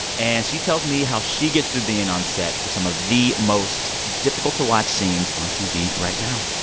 and she tells me how she gets through being on set for some of the most difficult-to-watch scenes on tv right now.